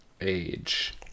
Age